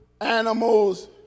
animals